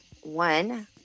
One